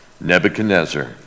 Nebuchadnezzar